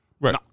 Right